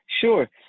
Sure